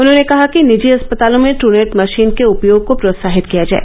उन्होंने कहा कि निजी अस्पतालों में ट्टनेट मशीन के उपयोग को प्रोत्साहित किया जाए